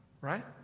right